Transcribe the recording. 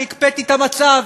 אני הקפאתי את המצב.